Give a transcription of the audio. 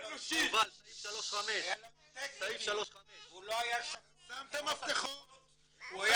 היה לו אינטגריטי והוא לא היה שפוט --- הוא היה